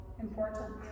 important